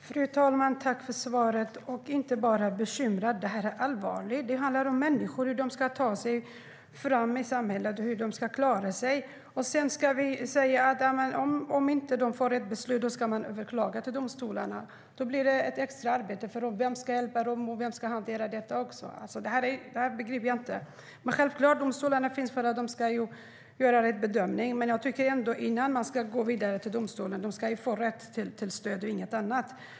Fru talman! Tack för svaret, statsrådet! Jag är inte bara bekymrad. Det här är allvarligt. Det handlar om människor, om hur de ska ta sig fram i samhället och om hur de ska klara sig. Man säger att de kan överklaga till domstolarna om de inte får rätt beslut, men det blir extra arbete för dem. Vem ska hjälpa dem med det? Vem ska hantera detta? Det här begriper jag inte. Domstolarna finns för att de ska göra rätt bedömning, men jag tycker att innan man går vidare till domstol ska man få rätt till stöd och inget annat.